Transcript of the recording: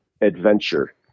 adventure